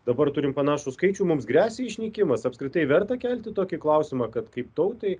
dabar turim panašų skaičių mums gresia išnykimas apskritai verta kelti tokį klausimą kad kaip tautai